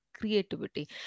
creativity